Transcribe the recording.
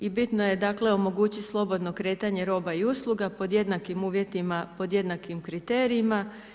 I bitno je dakle omogućiti slobodno kretanje roba i usluga pod jednakim uvjetima, pod jednakim kriterijima.